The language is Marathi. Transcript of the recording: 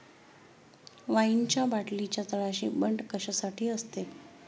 वाईनच्या बाटलीच्या तळाशी बंट कशासाठी असते?